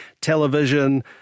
television